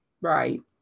Right